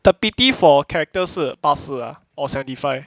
the pity for character 是八四 ah or seventy five